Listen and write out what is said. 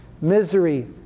Misery